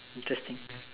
interesting